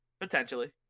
potentially